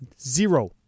Zero